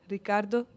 Riccardo